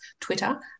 Twitter